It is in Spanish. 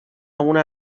una